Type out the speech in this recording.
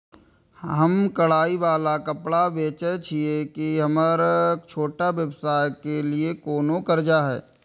हम कढ़ाई वाला कपड़ा बेचय छिये, की हमर छोटा व्यवसाय के लिये कोनो कर्जा है?